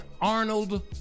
Arnold